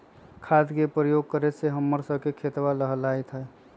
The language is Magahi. खाद के प्रयोग करे से हम्मर स के खेतवा लहलाईत हई